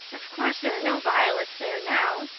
of course there are no violets there now,